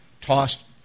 tossed